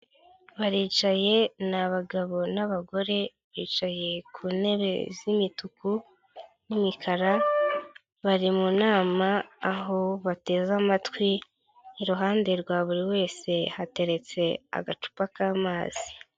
Baricaye, ni abagabo n'abagore bicaye ku ntebe z'imituku n'imikara, bari mu nama, aho bateze amatwi, iruhande rwa buri wese hateretse agacupa k'amazi.